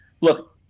Look